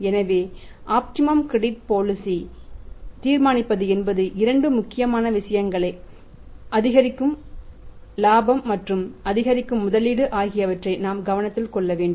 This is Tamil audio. எனவே ஆப்டிமம் கிரெடிட் பாலிசி யை தீர்மானிப்பது என்பது இரண்டு முக்கியமான விஷயங்களை அதிகரிக்கும் லாபம் மற்றும் அதிகரிக்கும் முதலீடு ஆகியவற்றை நாம் கவனத்தில் கொள்ள வேண்டும்